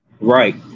Right